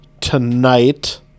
tonight